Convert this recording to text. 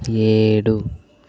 ఏడు